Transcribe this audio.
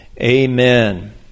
amen